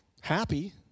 happy